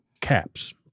caps